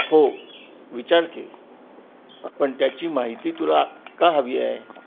हो विचार की पण त्याची माहिती तुला का हवी आहे